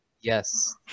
yes